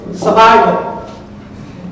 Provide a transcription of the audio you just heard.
survival 。